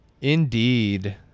Indeed